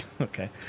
Okay